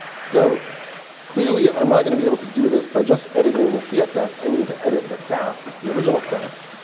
so clearly, i'm not going to be able to do this by just editing the css. i need to edit the sass, the original sass.